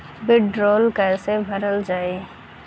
वीडरौल कैसे भरल जाइ?